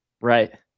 Right